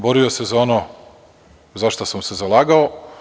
Borio sam se za ono za šta sam se zalagao.